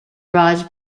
raj